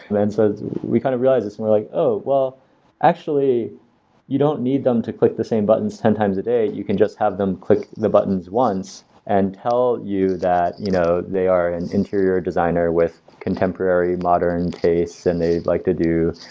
and so we kind of realize it's more like, oh well actually you don't need them to click the same buttons ten times a day. you can just have them click the buttons once and tell you that you know they are an interior designer with contemporary modern taste and they like to do